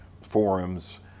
forums